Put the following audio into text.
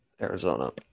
Arizona